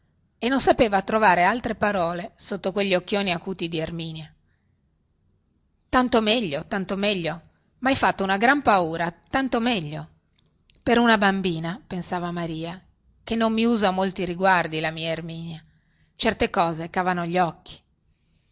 e non sapeva trovare altre parole sotto quegli occhioni acuti di erminia tanto meglio tanto meglio mhai fatto una gran paura tanto meglio per una bambina pensava maria non mi usa molti riguardi la mia erminia certe cose cavano gli occhi